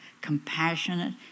compassionate